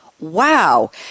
Wow